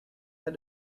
had